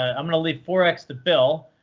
ah i'm going to leave forex to bill,